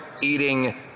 eating